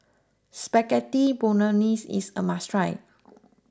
Spaghetti Bolognese is a must try